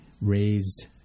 raised